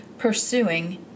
pursuing